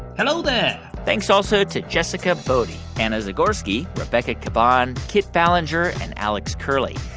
hello there thanks also to jessica boddy, anna zagorski, rebecca caban, kit ballenger and alex curley.